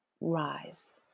rise